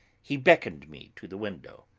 he beckoned me to the window.